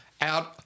out